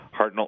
Hartnell